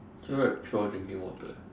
here write pure drinking water eh